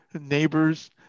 Neighbors